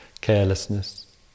carelessness